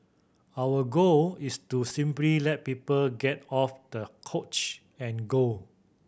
our goal is to simply let people get off the couch and go